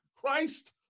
Christ